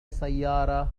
سيارة